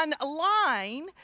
online